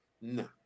No